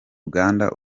uganda